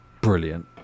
brilliant